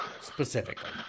specifically